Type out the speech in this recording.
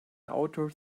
outdoor